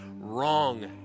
wrong